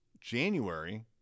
January